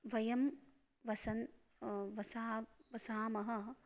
वयं वसन्तः वसामः वसामः